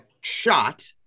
shot